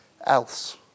else